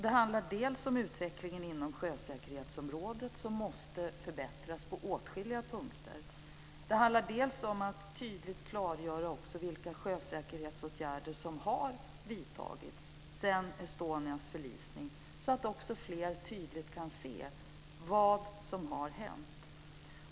Det handlar dels om utvecklingen inom sjösäkerhetsområdet, som måste förbättras på åtskilliga punkter, dels om att tydligt klargöra vilka sjösäkerhetsåtgärder som har vidtagits sedan Estonias förlisning så att också fler tydligt kan se vad som har hänt.